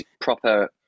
proper